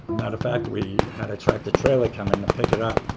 matter of fact, we had a tractor trailer come in to pick it up.